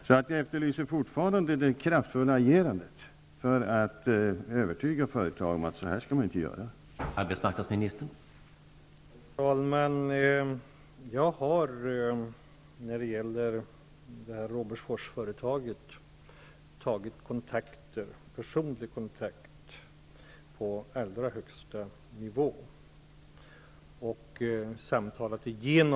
Så jag efterlyser fortfarande det kraftfulla agerandet för att övertyga företag om att de inte skall göra som man gjort i Västerbotten.